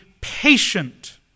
patient